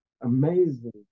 amazing